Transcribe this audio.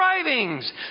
strivings